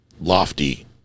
lofty